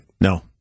no